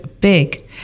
big